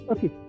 Okay